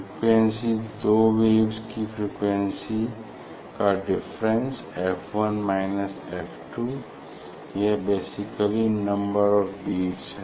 frequency दो waves की frequencies का डिफरेंस f 1 माइनस f 2 यह बेसिकली नंबर ऑफ़ बिट्स है